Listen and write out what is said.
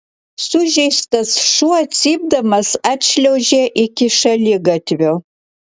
sužeistas šuo cypdamas atšliaužė iki šaligatvio